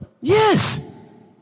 Yes